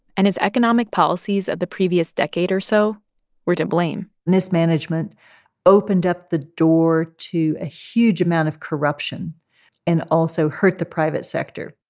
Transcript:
and his economic policies of the previous decade or so were to blame mismanagement opened up the door to a huge amount of corruption and also hurt the private sector,